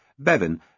Bevin